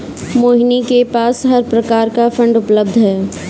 मोहिनी के पास हर प्रकार की फ़ंड उपलब्ध है